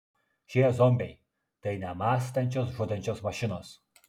šie zombiai tai nemąstančios žudančios mašinos